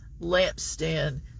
lampstand